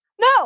No